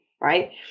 right